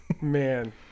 man